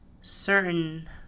certain